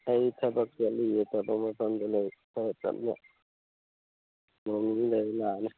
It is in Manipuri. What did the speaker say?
ꯑꯩ ꯊꯕꯛ ꯆꯠꯂꯤꯌꯦ ꯊꯕꯛ ꯃꯐꯝꯗ ꯂꯩ ꯈꯔ ꯇꯞꯅ ꯅꯣꯡ ꯅꯤꯅꯤ ꯂꯩꯔꯒ ꯂꯥꯛꯑꯅꯤ